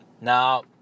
Now